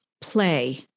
play